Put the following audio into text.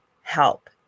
help